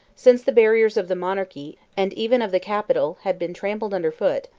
since the barriers of the monarchy, and even of the capital, had been trampled under foot,